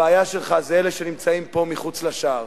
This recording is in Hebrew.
הבעיה שלך זה אלה שנמצאים פה מחוץ לשער.